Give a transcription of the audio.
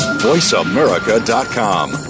VoiceAmerica.com